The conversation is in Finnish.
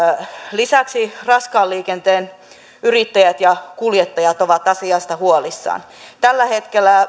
lisäksi raskaan liikenteen yrittäjät ja kuljettajat ovat asiasta huolissaan tällä hetkellä